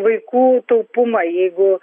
vaikų taupumą jeigu